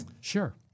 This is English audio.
Sure